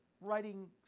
writing